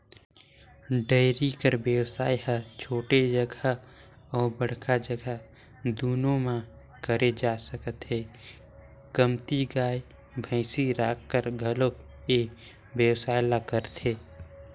dairy कर बेवसाय ह छोटे जघा अउ बड़का जघा दूनो म करे जा सकत हे, कमती गाय, भइसी राखकर घलोक ए बेवसाय ल करथे